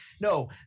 no